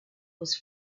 was